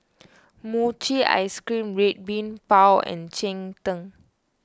Mochi Ice Cream Red Bean Bao and Cheng Tng